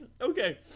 Okay